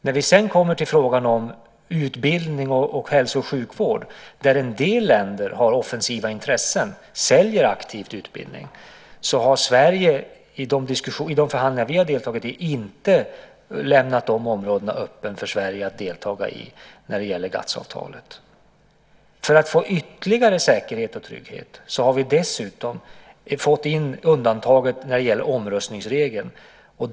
När vi sedan kommer till frågan om utbildning och hälso och sjukvård, där en del länder har offensiva intressen och aktivt säljer utbildning, har Sverige i de förhandlingar vi har deltagit i inte lämnat de områdena öppna för Sverige att delta i när det gäller GATS-avtalet. För att få ytterligare säkerhet och trygghet har vi dessutom fått in undantaget när det gäller omröstningsregeln.